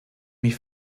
mich